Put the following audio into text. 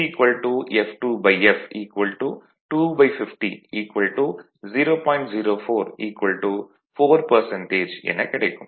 04 4 எனக் கிடைக்கும்